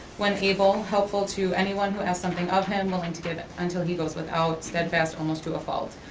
when able, helpful to anyone who asks something of him, willing to give it until he goes without, steadfast almost to a fault.